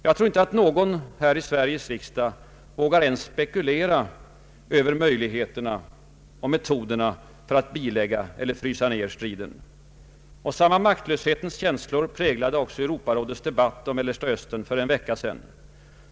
Jag tror inte att någon här i Sveriges riksdag vågar ens spekulera över möjligheterna och metoderna att bilägga eller frysa ned striden. Samma maktlöshetens känslor präglade också Europarådets debatt om Mellersta Östern för en vecka sedan.